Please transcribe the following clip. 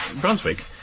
Brunswick